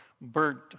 burnt